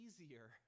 easier